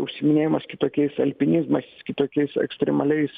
užsiiminėjimas kitokiais alpinizmais kitokiais ekstremaliais